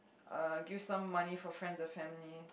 uh give some money for friends and family